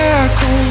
echo